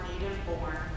native-born